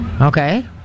Okay